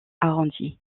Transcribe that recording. arrondie